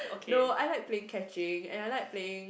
no I like playing catching and I like playing